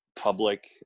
public